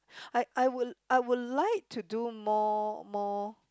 I I would I would like to do more more